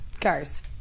cars